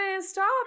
stop